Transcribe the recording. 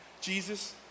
Jesus